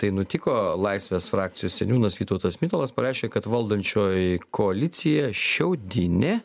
tai nutiko laisvės frakcijos seniūnas vytautas mitalas pareiškė kad valdančioji koalicija šiaudinė